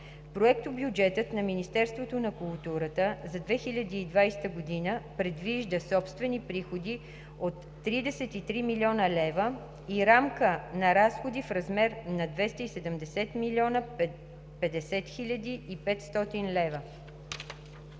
Проектобюджетът на Министерството на културата за 2020 г. предвижда собствени приходи от 33 млн. лв. и рамка на разходи в размер на 217 млн. 50 хил. 500 лв.